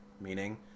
meaning